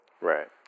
right